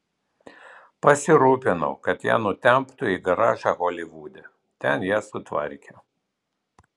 pasirūpinau kad ją nutemptų į garažą holivude ten ją sutvarkė